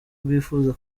bwifuza